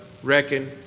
Reckon